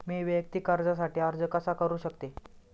मी वैयक्तिक कर्जासाठी अर्ज कसा करु शकते?